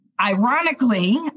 ironically